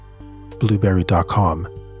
Blueberry.com